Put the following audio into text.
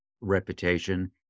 reputation